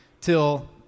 Till